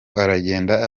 aragenda